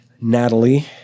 Natalie